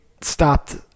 stopped